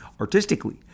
artistically